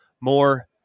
More